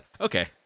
Okay